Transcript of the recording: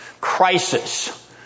crisis